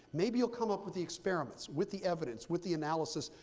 maybe you'll come up with the experiments, with the evidence, with the analysis,